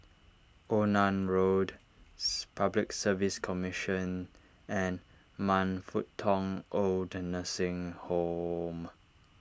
Onan Roads Public Service Commission and Man Fut Tong Old the Nursing Home